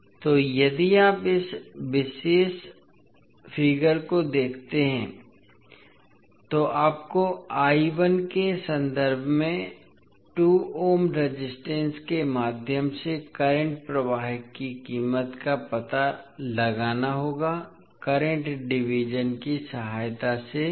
इसलिए यदि आप इस विशेष आंकड़े को देखते हैं तो आपको के संदर्भ में 2 ओम रेजिस्टेंस के माध्यम से करंट प्रवाह की कीमत का पता लगाना होगा करंट डिवीज़न की सहायता से